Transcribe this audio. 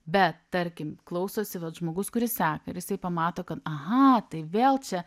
bet tarkim klausosi vat žmogus kuris seka ir jisai pamato kad aha tai vėl čia